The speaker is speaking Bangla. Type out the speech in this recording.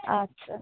আচ্ছা